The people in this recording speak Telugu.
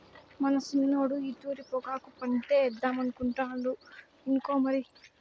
మన సిన్నోడు ఈ తూరి పొగాకు పంటేద్దామనుకుంటాండు ఇనుకో మరి